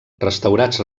restaurats